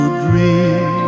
dream